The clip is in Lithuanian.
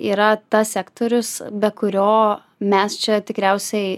yra tas sektorius be kurio mes čia tikriausiai